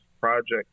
project